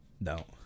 No